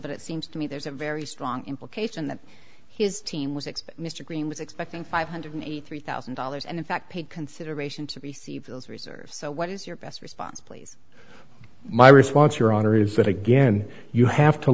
but it seems to me there's a very strong implication that his team was expect mr green was expecting five hundred eighty three thousand dollars and in fact paid consideration to receive those reserves so what is your best response please my response your honor is that again you have to